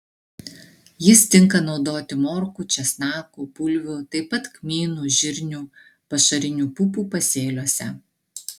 jis tinka naudoti morkų česnakų bulvių taip pat kmynų žirnių pašarinių pupų pasėliuose